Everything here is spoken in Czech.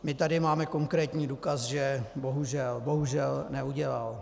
My tady máme konkrétní důkaz, že bohužel, bohužel neudělal.